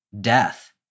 death